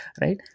right